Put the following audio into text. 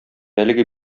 әлеге